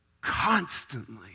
constantly